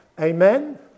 Amen